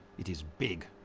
it is big.